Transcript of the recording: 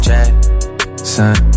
Jackson